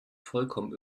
vollkommen